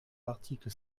l’article